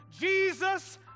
Jesus